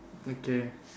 okay